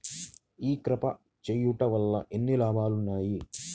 ఈ క్రాప చేయుట వల్ల ఎన్ని లాభాలు ఉన్నాయి?